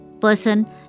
person